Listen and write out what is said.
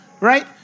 right